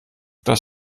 das